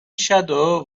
shadow